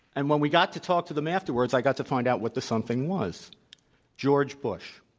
and when we got to talk to them afterwards, i got to find out what the something was george bush.